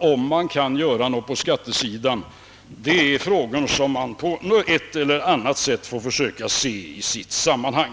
om man kan göra någonting åt saken på skattesidan och på vad sätt man kan göra det, är frågor som får ses i sitt sammanhang.